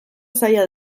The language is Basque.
zaila